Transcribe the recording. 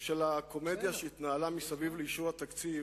של הקומדיה שהתנהלה סביב אישור התקציב